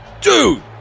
Dude